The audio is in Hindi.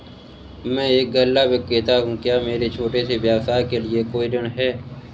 मैं एक गल्ला विक्रेता हूँ क्या मेरे छोटे से व्यवसाय के लिए कोई ऋण है?